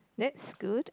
that's good